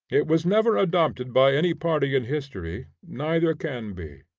it was never adopted by any party in history, neither can be.